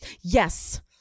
yes